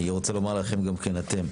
אני רוצה לומר לכם גם כן אתם,